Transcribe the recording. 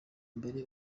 mbere